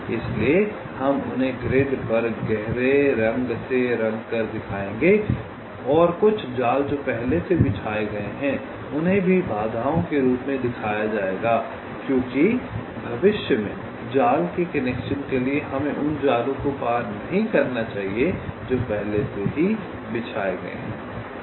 इसलिए हम उन्हें ग्रिड पर गहरे रंग से रंगकर दिखाएंगे और कुछ जाल जो पहले से बिछाए गए हैं उन्हें भी बाधाओं के रूप में दिखाया जाएगा क्योंकि भविष्य में जाल के कनेक्शन के लिए हमें उन जालों को पार नहीं करना चाहिए जो पहले से ही बिछाए गए हैं